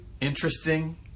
interesting